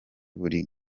buri